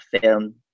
film